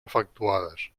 efectuades